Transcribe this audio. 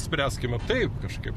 spręskime taip kažkaip